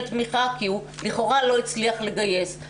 תמיכה כי הוא לכאורה לא הצליח לגייס,